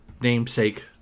namesake